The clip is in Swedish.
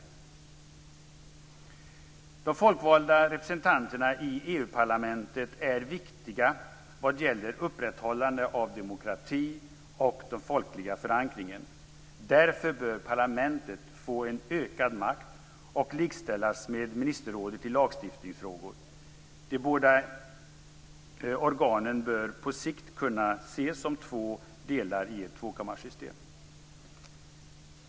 De folkvalda representanterna i EU-parlamentet är viktiga vad gäller upprätthållande av demokrati och den folkliga förankringen. Därför bör parlamentet få en ökad makt och likställas med ministerrådet i lagstiftningsfrågor. De båda organen bör på sikt kunna ses som två delar i ett tvåkammarsystem.